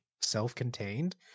self-contained